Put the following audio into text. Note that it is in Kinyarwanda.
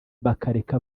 bakareka